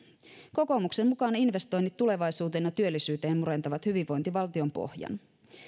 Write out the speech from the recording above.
kokoomuksen mukaan investoinnit tulevaisuuteen ja työllisyyteen murentavat hyvinvointivaltion pohjan